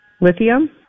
Lithium